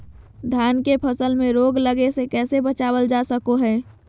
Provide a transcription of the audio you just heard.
धान के फसल में रोग लगे से कैसे बचाबल जा सको हय?